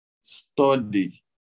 study